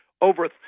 over